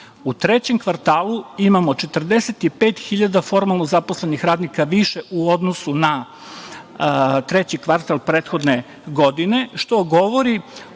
trećem kvartalu imamo 45.000 formalno zaposlenih radnika više u odnosu na treći kvartal prethodne godine, što govori